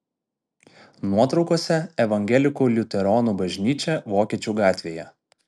nuotraukose evangelikų liuteronų bažnyčia vokiečių gatvėje